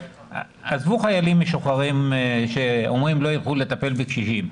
עזבו חיילים משוחררים שאומרים שהם לא ילכו לטפל בקשישים,